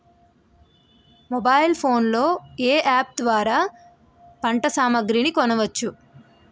Mobile phone లో ఏ app ద్వారా పంట సామాగ్రి కొనచ్చు?